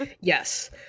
yes